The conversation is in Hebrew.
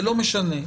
לא משנה,